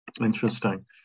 Interesting